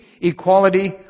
equality